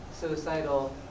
suicidal